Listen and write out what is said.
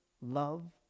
love